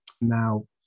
Now